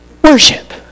Worship